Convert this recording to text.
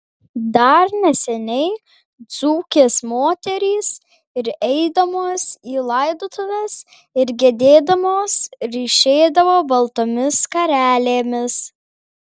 dar neseniai dzūkės moterys ir eidamos į laidotuves ir gedėdamos ryšėdavo baltomis skarelėmis